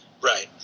Right